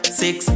six